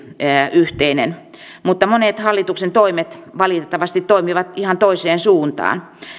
yhteinen mutta monet hallituksen toimet valitettavasti toimivat ihan toiseen suuntaan